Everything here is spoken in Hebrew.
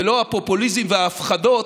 ולא הפופוליזם וההפחדות,